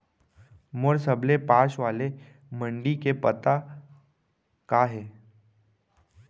मोर सबले पास वाले मण्डी के पता का हे?